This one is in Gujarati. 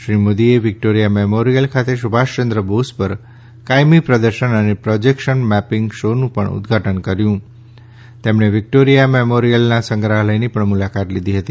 શ્રી મોદીએ વિક્ટોરિયા મેમોરિયલ ખાતે સુભાષચંદ્ર બોઝ પર કાયમી પ્રદર્શન અને પ્રોજેક્શન મેપીંગ શોનું પણ ઉદઘાટન કર્યું તેમજ વિક્ટોરિયા મેમોરિયલના સંગ્રહાલયની પણ મુલાકાત લીધી હતી